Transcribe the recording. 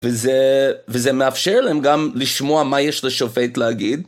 וזה מאפשר להם גם לשמוע מה יש לשופט להגיד.